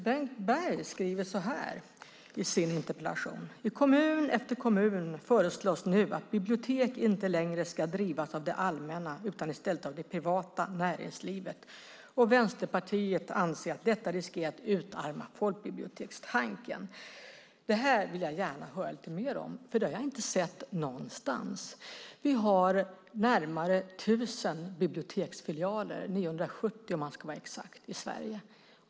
Bengt Berg skriver så här i sin interpellation: "I kommun efter kommun föreslås nu att bibliotek inte längre ska drivas av det allmänna utan i stället av det privata näringslivet. Vänsterpartiet anser att detta riskerar att utarma folkbibliotekstanken." Jag vill gärna höra lite mer om detta, för det har jag inte sett någonstans. Vi har närmare 1 000 biblioteksfilialer, 970 om man ska vara exakt, i Sverige.